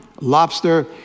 lobster